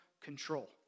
control